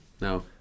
No